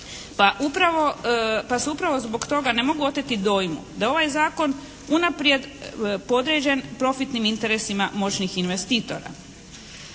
pa se upravo zbog toga ne mogu oteti dojmu da je ovaj zakon unaprijed podređen profitnim interesima moćnih investitora.